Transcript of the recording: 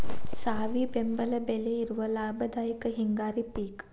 ಸಾವಿ ಬೆಂಬಲ ಬೆಲೆ ಇರುವ ಲಾಭದಾಯಕ ಹಿಂಗಾರಿ ಪಿಕ್